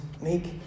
make